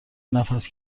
نفس